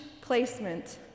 placement